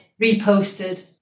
reposted